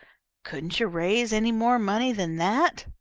couldn't you raise any more money than that?